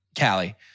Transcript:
Callie